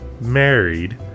married